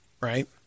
right